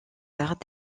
arts